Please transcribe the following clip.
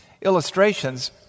illustrations